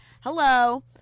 hello